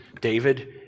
David